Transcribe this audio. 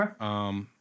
Okay